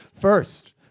First